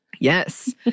yes